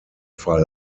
fall